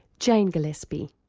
jane gillespie.